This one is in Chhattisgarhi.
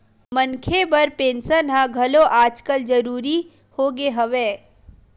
मनखे बर पेंसन ह घलो आजकल जरुरी होगे हवय